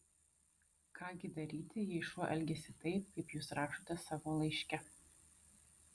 ką gi daryti jei šuo elgiasi taip kaip jūs rašote savo laiške